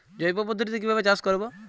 জৈব পদ্ধতিতে কিভাবে চাষ করব?